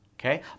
Okay